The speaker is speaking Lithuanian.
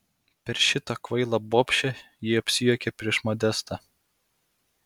per šitą kvailą bobšę ji apsijuokė prieš modestą